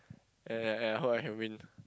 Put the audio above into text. and and and I hope I can win